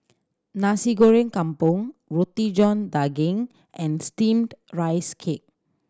Nasi Goreng Kampung Roti John Daging and Steamed Rice Cake